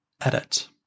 edit